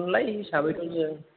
थुनलाइ हिसाबैथ' जों